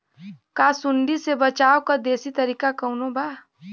का सूंडी से बचाव क देशी तरीका कवनो बा?